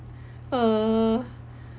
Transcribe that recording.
uh